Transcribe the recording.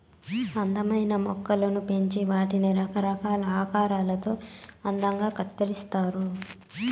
అందమైన మొక్కలను పెంచి వాటిని రకరకాల ఆకారాలలో అందంగా కత్తిరిస్తారు